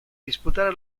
disputare